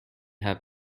have